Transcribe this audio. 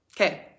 Okay